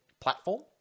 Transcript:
platform